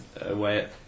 away